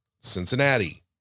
Cincinnati